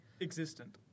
Existent